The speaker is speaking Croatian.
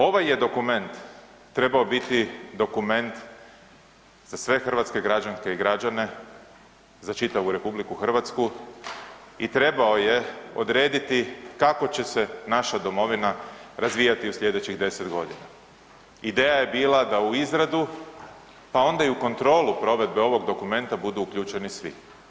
Ovaj je dokument trebao biti dokument za sve hrvatske građanke i građane za čitavu RH i trebao je odrediti kako će se naša domovina razvijati u slijedećih 10.g. Ideja je bila da u izradu, pa onda i u kontrolu provedbe ovog dokumenta budu uključeni svi.